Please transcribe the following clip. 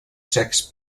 sex